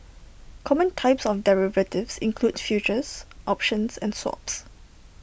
common types of derivatives include futures options and swaps